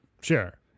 Sure